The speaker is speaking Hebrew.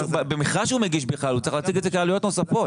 במכרז שהוא מגיש הוא צריך להציג את זה כעלויות נוספות.